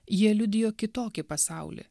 jie liudijo kitokį pasaulį